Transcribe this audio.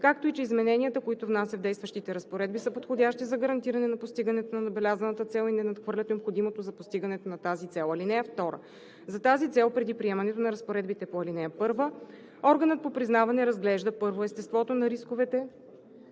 както и че измененията, които внася в действащите разпоредби, са подходящи за гарантиране на постигането на набелязаната цел и не надхвърлят необходимото за постигането на тази цел. (2) За тази цел преди приемането на разпоредбите по ал. 1 органът по признаване разглежда: 1. естеството на рисковете,